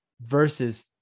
versus